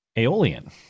Aeolian